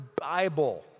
Bible